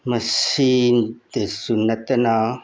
ꯃꯁꯤꯇꯁꯨ ꯅꯠꯇꯅ